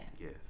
yes